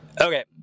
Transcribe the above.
Okay